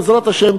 בעזרת השם,